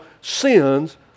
sins